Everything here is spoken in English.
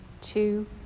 two